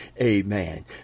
Amen